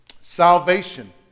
salvation